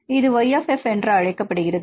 இது y f என்று அழைக்கப்படுகிறது